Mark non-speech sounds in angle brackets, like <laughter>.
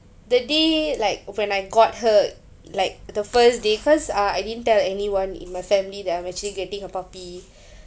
the day like when I got her like the first day cause uh I didn't tell anyone in my family that I'm actually getting a puppy <breath>